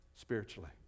spiritually